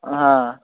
হ্যাঁ